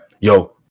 yo